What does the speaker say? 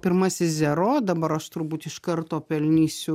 pirmasis zero dabar aš turbūt iš karto pelnysiu